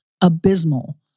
abysmal